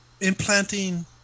implanting